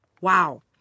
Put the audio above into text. Wow